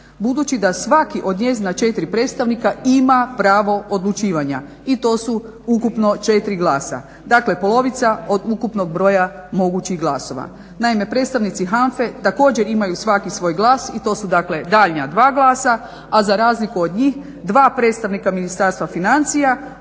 Budići da svaki od njezina 4 predstavnika ima pravo odlučivanja i to su ukupno 4 glasa, dakle polovica od ukupnog broja mogućih glasova. Naime predstavnici HANFA-e također imaju svaki svoj glas i to su daljnja dva glasa, a za razliku od njih 2 predstavnika Ministarstva financija,